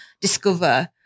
discover